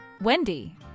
Wendy